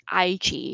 IG